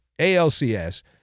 ALCS